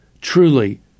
Truly